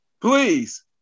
Please